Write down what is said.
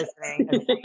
listening